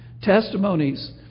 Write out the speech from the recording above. Testimonies